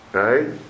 right